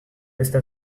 está